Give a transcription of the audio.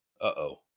Uh-oh